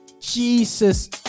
Jesus